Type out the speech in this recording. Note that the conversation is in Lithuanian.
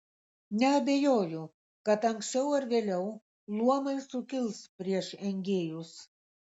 neabejoju kad anksčiau ar vėliau luomai sukils prieš engėjus